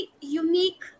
unique